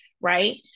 right